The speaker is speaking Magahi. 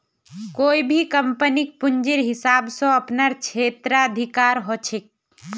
कोई भी कम्पनीक पूंजीर हिसाब स अपनार क्षेत्राधिकार ह छेक